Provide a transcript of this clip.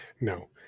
No